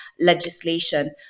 legislation